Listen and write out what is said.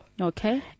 Okay